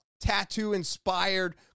tattoo-inspired